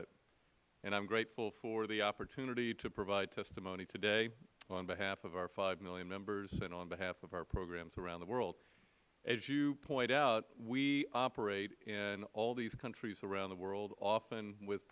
it and i am grateful for the opportunity to provide testimony today on behalf of our five million members and on behalf of our programs around the world as you point out we operate in all these countries around the world often with